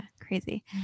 Crazy